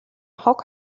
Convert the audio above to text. хог